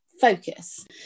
focus